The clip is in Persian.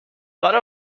داره